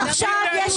עכשיו יש